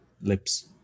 lips